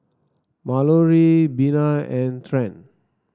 Malorie Bina and Trent